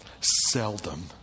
Seldom